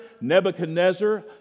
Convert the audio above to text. Nebuchadnezzar